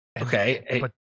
Okay